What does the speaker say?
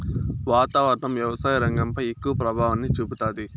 వాతావరణం వ్యవసాయ రంగంపై ఎక్కువ ప్రభావాన్ని చూపుతాది